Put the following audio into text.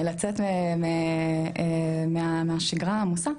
לצאת מהשגרה העמוסה,